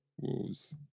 Wolves